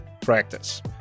practice